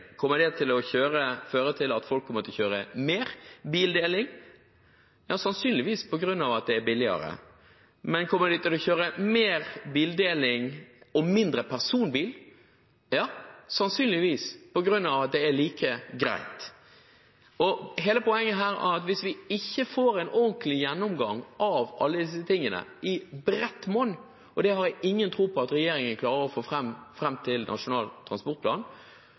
kommer det til å føre til at folk kjører mer med bildeling? Ja, sannsynligvis, på grunn av at det er billigere. Men kommer de til å kjøre mer med bildeling og mindre med personbil? Ja, sannsynligvis, på grunn av at det er like greit. Hele poenget her er at hvis vi ikke får en ordentlig gjennomgang av alle disse tingene, i bredt monn – og det har jeg ingen tro på at regjeringen klarer å få fram, fram til Nasjonal transportplan